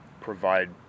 provide